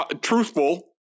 truthful